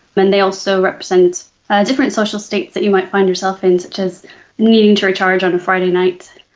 but and they also represent different social states that you might find yourself in, such as needing to recharge on a friday night.